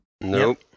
Nope